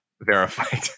Verified